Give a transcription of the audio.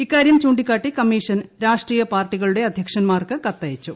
ഇക്കാര്യം ചൂണ്ടിക്കാട്ടി കമ്മീഷൻ രാഷ്ട്രീയ പാർട്ടികളുടെ അധ്യക്ഷൻമാർക്ക് കത്തയച്ചു